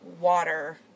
water